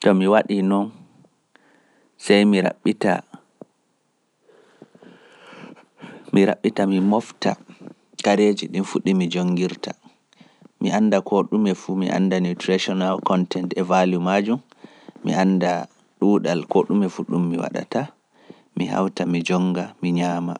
to mi waɗii non, sey mi raɓɓita, mi raɓɓita mi mooɓta kareeji ɗin fuu ɗi mi jonngirta, mi annda koo ɗume fuu mi annda nutritional contents e value maajum. Mi annda ɗuuɗal koo ɗume fuu ɗum mi waɗata. Mi hawta mi jonnga mi nyaama.